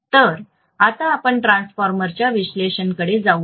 तर आता आपण ट्रान्सफॉर्मरच्या विश्लेषणाकडे जाऊया